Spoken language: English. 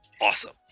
awesome